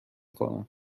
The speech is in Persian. کنم